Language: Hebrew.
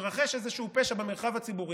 התרחש איזשהו פשע במרחב הציבורי,